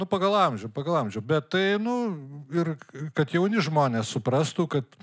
nu pagal amžių pagal amžių bet tai nu ir kad jauni žmonės suprastų kad